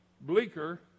bleaker